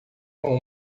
com